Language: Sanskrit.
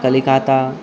कलिकाता